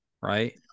right